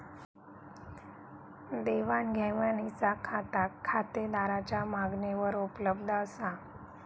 देवाण घेवाणीचा खाता खातेदाराच्या मागणीवर उपलब्ध असा